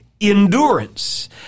endurance